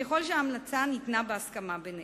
ככל שההמלצה ניתנה בהסכמה ביניהם.